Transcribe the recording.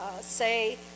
say